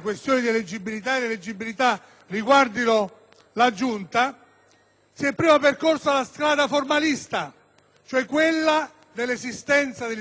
questioni di eventuale eleggibilità riguardino la Giunta, si è prima percorsa la strada formalista, quella dell'esistenza dell'iscrizione all'AIRE, come prevede la legge